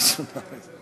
לראשונה בחיי.